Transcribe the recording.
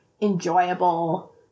enjoyable